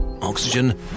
oxygen